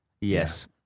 Yes